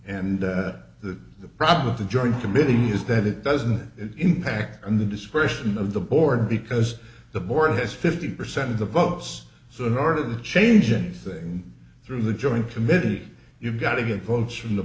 and the the problem of the joint committee is that it doesn't impact on the discretion of the board because the board has fifty percent of the votes so in order to change anything through the joint committee you've got to get votes from the